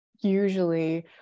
usually